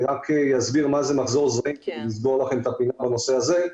אני רק אסביר מה זה מחזור זרעים כדי לסגור לכם את הפינה בנושא הזה.